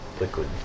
liquid